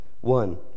One